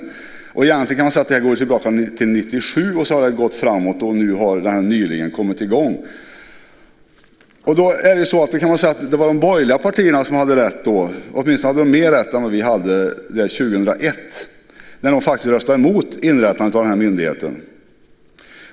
Egentligen kan man säga att det går tillbaka till 1997. Sedan har det gått framåt, och nu har myndigheten nyligen kommit i gång. Det var de borgerliga partierna som hade rätt, åtminstone hade de mer rätt än vad vi hade år 2001. Då röstade de faktiskt emot inrättandet av myndigheten.